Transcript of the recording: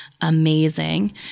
amazing